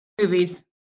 Movies